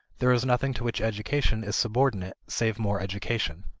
there is nothing to which education is subordinate save more education.